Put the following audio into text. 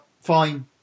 Fine